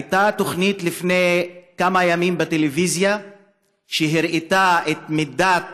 הייתה תוכנית לפני כמה ימים בטלוויזיה שהראתה את מידת